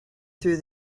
through